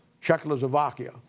Czechoslovakia